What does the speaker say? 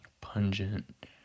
pungent